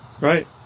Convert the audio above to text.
Right